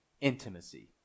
intimacy